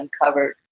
uncovered